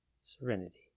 serenity